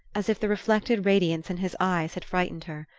as if the reflected radiance in his eyes had frightened her.